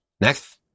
Next